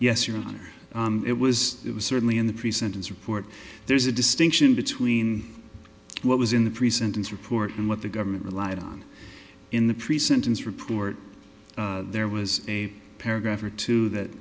yes your honor it was it was certainly in the pre sentence report there's a distinction between what was in the pre sentence report and what the government relied on in the pre sentence report there was a paragraph or two that